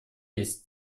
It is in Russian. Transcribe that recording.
есть